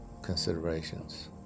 considerations